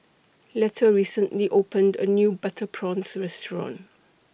Letta recently opened A New Butter Prawns Restaurant